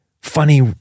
funny